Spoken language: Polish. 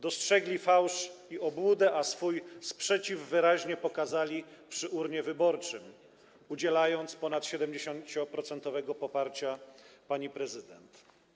Dostrzegli fałsz i obłudę, a swój sprzeciw wyraźnie pokazali przy urnie wyborczej, udzielając ponad 70-procentowego poparcia pani prezydent.